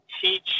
teach